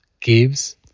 gives